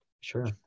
sure